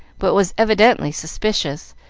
but was evidently suspicious,